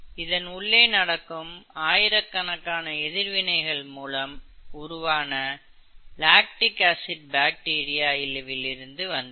இதன் உள்ளே நடக்கும் ஆயிரக்கணக்கான எதிர்வினைகள் மூலம் உருவான லாக்டிக் ஆசிட் பாக்டீரியாவில் இருந்து வந்தது